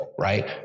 right